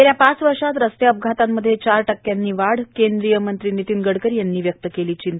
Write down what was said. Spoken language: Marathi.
गेल्या पाच वर्षात रस्ते अपघातांमध्ये चार टक्क्यांनी वाढ केंद्रीय मंत्री नितीन गडकरी यांची चिंता